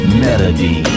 melody